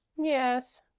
yes,